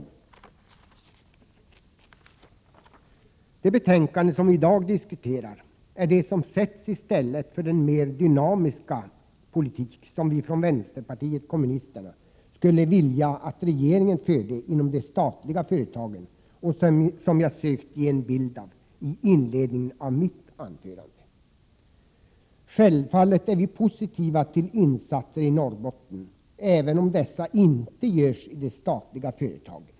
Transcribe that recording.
Förslagen i det betänkande som vii dag diskuterar rör åtgärder som sätts in istället för den mer dynamiska politik som vi från vänsterpartiet kommunisterna skulle vilja att regeringen förde inom de statliga företagen och som jag har försökt ge en bild av i inledningen av mitt anförande. Självfallet är vi positiva till insatser i Norrbotten, även om dessa inte görs i de statliga företagen.